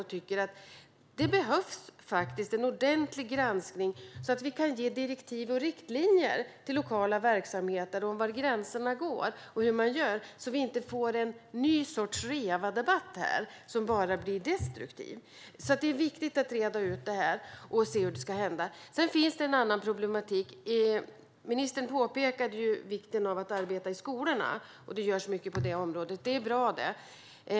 Jag tycker att det behövs en ordentlig granskning, så att vi kan ge direktiv och riktlinjer till lokala verksamheter om var gränserna går och hur man gör. Det behövs för att vi inte ska få en ny REVA-debatt, som bara blir destruktiv. Det är viktigt att reda ut detta. Sedan finns det en annan problematik. Ministern påpekade vikten av att arbeta i skolorna. Det görs mycket på det området. Det är bra.